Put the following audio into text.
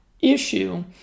issue